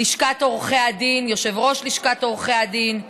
לשכת עורכי הדין, יושב-ראש לשכת עורכי הדין,